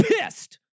pissed